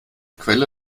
quelle